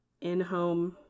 in-home